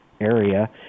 area